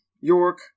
York